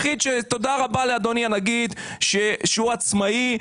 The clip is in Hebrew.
ותודה רבה לאדוני הנגיד שהוא עצמאי,